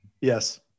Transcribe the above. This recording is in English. Yes